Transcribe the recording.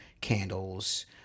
candles